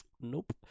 Nope